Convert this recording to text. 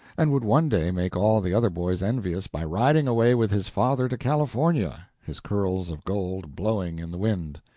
and would one day make all the other boys envious by riding away with his father to california, his curls of gold blowing in the wind.